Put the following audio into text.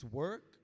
work